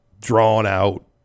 drawn-out